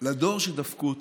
לדור שדפקו אותו,